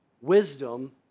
wisdom